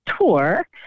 tour